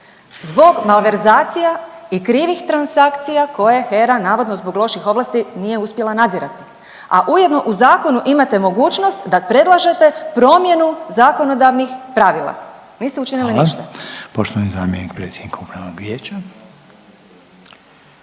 zbog malverzacija i krivih transakcija koje HERA navodno zbog loših ovlasti nije uspjela nadzirati, a ujedno u zakonu imate mogućnost da predlažete promjenu zakonodavnih pravila. Niste učinili ništa. **Reiner, Željko (HDZ)** Hvala. Poštovani zamjenik predsjednika Upravnog vijeća.